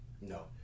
No